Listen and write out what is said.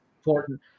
important